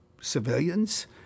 civilians